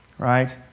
right